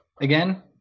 again